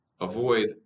avoid